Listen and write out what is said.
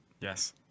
Yes